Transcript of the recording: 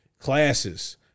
Classes